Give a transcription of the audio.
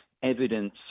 evidence